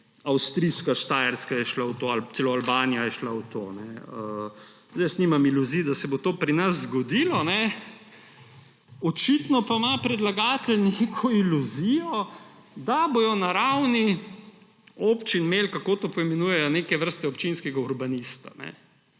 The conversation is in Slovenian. avstrijska Štajerska je šla v to, celo Albanija je šla v to. Nimam iluzij, da se bo to pri nas zgodilo, očitno pa ima predlagatelj neko iluzijo, da bodo na ravni občin imeli – kako to poimenujejo? – neke vrste občinskega urbanista.